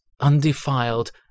undefiled